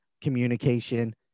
communication